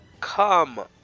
Come